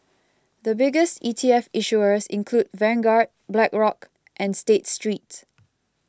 the biggest E T F issuers include Vanguard Blackrock and State Street